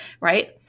right